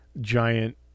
giant